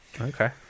Okay